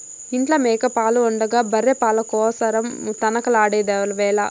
ఇంట్ల మేక పాలు ఉండగా బర్రె పాల కోసరం తనకలాడెదవేల